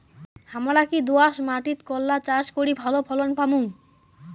হামরা কি দোয়াস মাতিট করলা চাষ করি ভালো ফলন পামু?